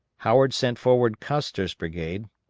howard sent forward coster's brigade,